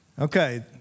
Okay